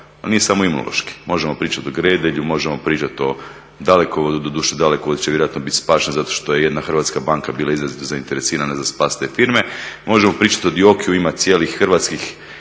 nije samo Imunološki, možemo pričati o Gredelju, možemo pričati o Dalekovodu, doduše Dalekovod će vjerojatno biti spašen zato što je jedna hrvatska banka bila izrazito zainteresirana za spas te firme. Možemo pričati o Dioki-ju ima cijeli hrvatskih